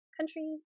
country